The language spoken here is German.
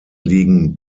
liegen